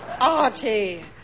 Archie